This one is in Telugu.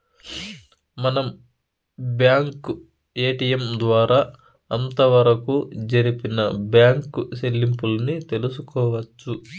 మనం బ్యాంకు ఏటిఎం ద్వారా అంతవరకు జరిపిన బ్యాంకు సెల్లింపుల్ని తెలుసుకోవచ్చు